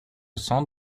sang